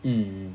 mm